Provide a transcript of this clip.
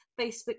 Facebook